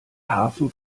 hafen